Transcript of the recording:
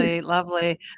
lovely